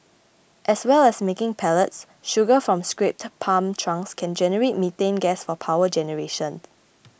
as well as making pellets sugar from scrapped palm trunks can generate methane gas for power generation